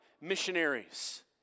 missionaries